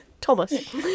Thomas